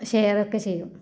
share ഒക്കെ ചെയ്യും